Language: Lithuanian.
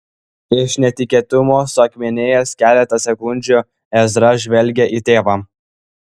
iš netikėtumo suakmenėjęs keletą sekundžių ezra žvelgė į tėvą